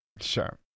Sure